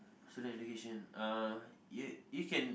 student education uh y~ you can